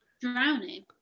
drowning